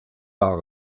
war